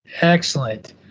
Excellent